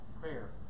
prayer